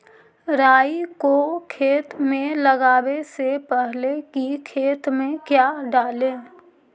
राई को खेत मे लगाबे से पहले कि खेत मे क्या डाले?